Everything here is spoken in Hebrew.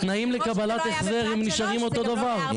התנאים לקבלת החזר הם נשארים אותו דבר.